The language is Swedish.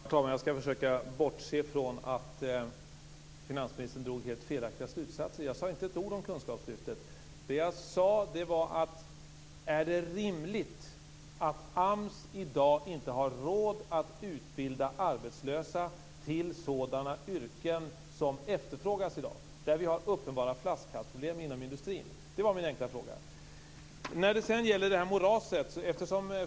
Herr talman! Jag skall försöka bortse från att finansministern drog helt felaktiga slutsatser. Jag sade inte ett ord om kunskapslyftet. Vad jag gjorde var att ställa frågan om det är rimligt att AMS i dag inte har råd att utbilda arbetslösa till sådana yrken som efterfrågas, på områden inom industrin där vi i dag har uppenbara flaskhalsproblem. Det var min enkla fråga.